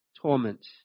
torment